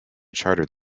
chartered